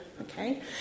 Okay